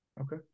okay